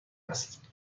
است